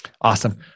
Awesome